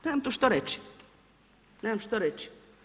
Nemam tu što reći, nemam što reći.